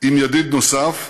עם ידיד נוסף,